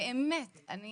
באמת, אני